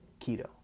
Keto